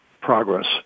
progress